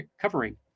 covering